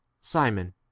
simon